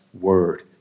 word